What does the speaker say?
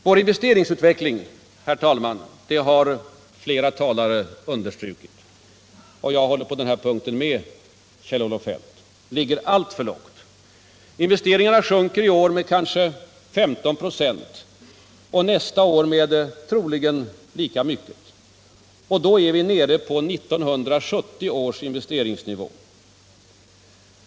Vår investeringsutveckling ligger i dag alltför lågt — det har flera talare understrukit — och jag håller på den punkten med Kjell-Olof Feldt. Investeringarna sjunker i år med kanske 15 96 och nästa år med troligen lika mycket. Vi är då nere på 1970 års nivå.